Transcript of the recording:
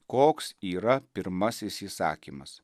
koks yra pirmasis įsakymas